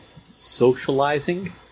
socializing